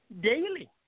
daily